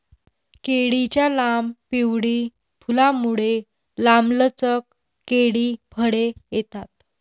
केळीच्या लांब, पिवळी फुलांमुळे, लांबलचक केळी फळे येतात